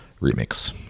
remix